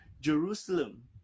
Jerusalem